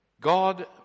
God